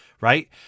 right